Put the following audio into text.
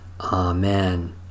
Amen